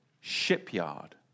shipyard